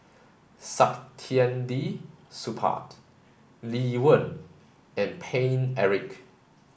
Saktiandi Supaat Lee Wen and Paine Eric